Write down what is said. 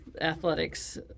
athletics